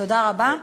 תודה רבה.